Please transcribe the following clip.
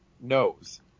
knows